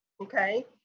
okay